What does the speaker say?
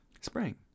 Spring